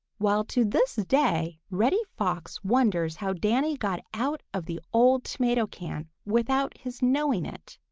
while to this day reddy fox wonders how danny got out of the old tomato can without his knowing it.